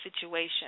situation